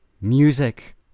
music